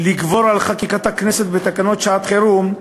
לגבור על חקיקת הכנסת בתקנות שעת-חירום,